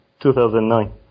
2009